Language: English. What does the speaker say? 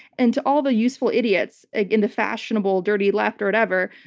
and to all the useful idiots in the fashionable, dirty left or whatever,